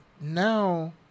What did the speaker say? now